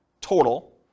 total